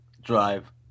Drive